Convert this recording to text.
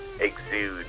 exude